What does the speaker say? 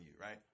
right